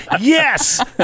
yes